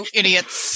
idiots